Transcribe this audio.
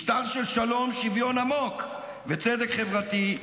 משטר של שלום שוויון עמוק וצדק חברתי,